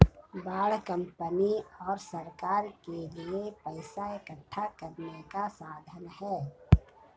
bond company और सरकार के लिए पैसा इकठ्ठा करने का साधन है